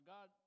God